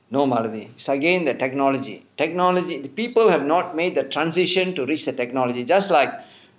no malathi it's again the technology technology the people have not made the transition to reach the technology just like